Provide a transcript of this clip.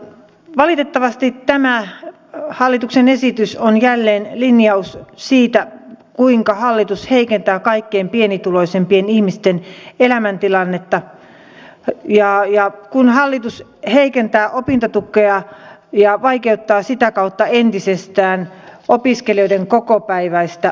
valitettavasti tämä hallituksen esitys on jälleen linjaus siitä kuinka hallitus heikentää kaikkein pienituloisimpien ihmisten elämäntilannetta ja kuinka hallitus heikentää opintotukea ja vaikeuttaa sitä kautta entisestään opiskelijoiden kokopäiväistä opiskelua